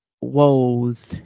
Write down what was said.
woes